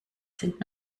sind